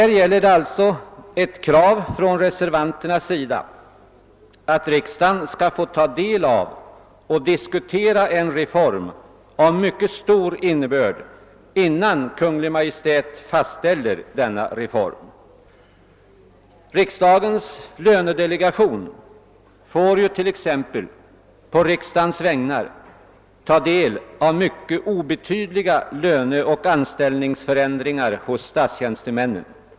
Reservanterna kräver därför nu att riksdagen skall få ta del av och diskutera en reform av mycket stor innebörd innan Kungl. Maj:t fastställer den. Riksdagens lönedelegation får ju på riksdagens vägnar ta del av mycket obetydliga löneoch anställningsförändringar för statstjänstemännen.